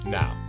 now